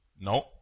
no